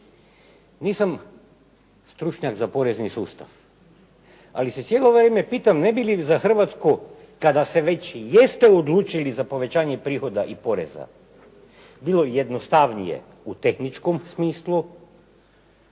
Nisam stručnjak za porezni sustav, ali se cijelo vrijeme pitam ne bi li za Hrvatsku, kada se već jeste odlučili za povećanje prihoda i poreza, bilo jednostavnije u tehničkom smislu,